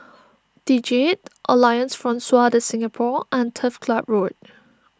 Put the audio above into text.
the Jade Alliance Francaise De Singapour and Turf Club Road